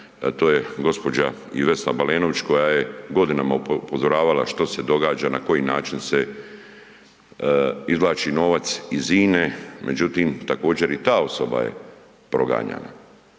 to je gđa. i Vesna Balenović koja je godinama upozoravala što se događa, na koji način se izvlači novac iz INA-e. Međutim, također i ta osoba je proganjana.